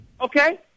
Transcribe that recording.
Okay